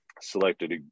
selected